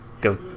go